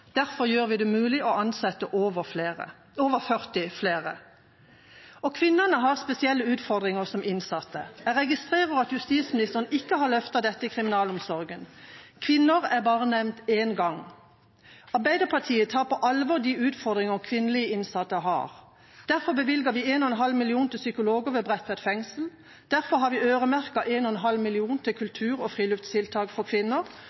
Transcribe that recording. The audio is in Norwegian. Derfor gjør vi det mulig å ansette over 40 flere. Kvinner har spesielle utfordringer som innsatte. Jeg registrerer at justisministeren ikke har løftet dette i kriminalomsorgen – kvinner er bare nevnt én gang. Arbeiderpartiet tar på alvor de utfordringer kvinnelige innsatte har. Derfor bevilger vi 1,5 mill. kr til psykologer ved Bredtveit fengsel. Derfor har vi øremerket 1,5 mill. kr til kultur- og friluftstiltak for kvinner.